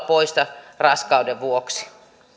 poissa raskauden vuoksi